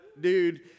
dude